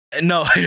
No